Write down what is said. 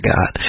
God